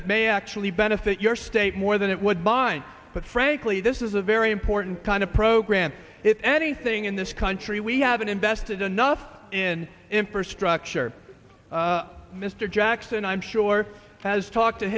that may actually benefit your state more than it would bind but frankly this is a very important kind of program if anything in this country we haven't invested enough in infrastructure mr jackson i'm sure has talked to